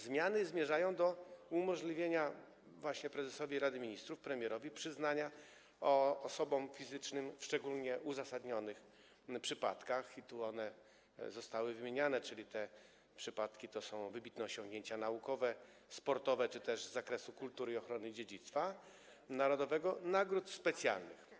Zmiany zmierzają do umożliwienia właśnie prezesowi Rady Ministrów, premierowi przyznawania osobom fizycznym w szczególnie uzasadnionych przypadkach - te przypadki zostały tu wymienione, to są wybitne osiągnięcia naukowe, sportowe czy też z zakresu kultury i ochrony dziedzictwa narodowego - nagród specjalnych.